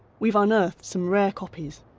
we've unearthed some rare copies.